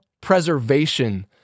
preservation